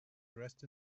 dressed